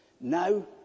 Now